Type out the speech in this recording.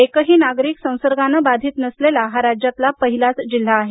एकही नागरिक संसर्गानं बाधित नसलेला हा राज्यातला पहिलाच जिल्हा आहे